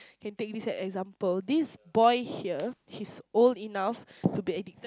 can take this as an example this boy here his old enough to be addicted